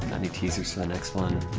any teasers for the next one?